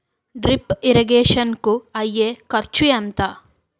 Drip irrigation కూ అయ్యే ఖర్చు ఎంత?